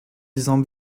disant